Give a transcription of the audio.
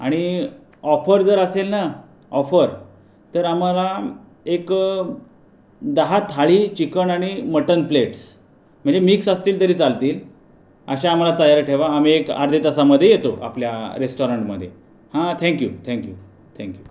आणि ऑफर जर असेल ना ऑफर तर आम्हाला एक दहा थाळी चिकण आणि मटन प्लेट्स म्हणजे मिक्स असतील तरी चालतील अशा आम्हाला तयार ठेवा आम्ही एक अर्ध्या तासामध्ये येतो आपल्या रेस्टोरंटमध्ये हा थँक यु थँक यु